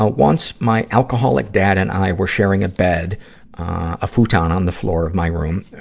ah once, my alcoholic dad and i were sharing a bed a futon on the floor of my room.